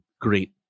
great